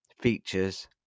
features